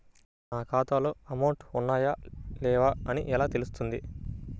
నా ఖాతాలో అమౌంట్ ఉన్నాయా లేవా అని ఎలా తెలుస్తుంది?